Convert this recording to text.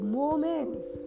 moments